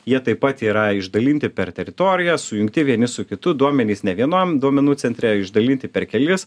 jie taip pat yra išdalinti per teritoriją sujungti vieni su kitu duomenys ne vienam duomenų centre išdalinti per kelis